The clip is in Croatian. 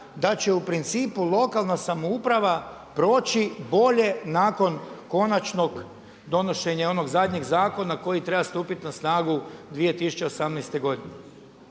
da će u principu lokalna samouprava proći bolje nakon konačnog donošenja onog zadnje zakona koji treba stupiti na snagu 2018. godine.